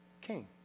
king